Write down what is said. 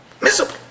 Miserable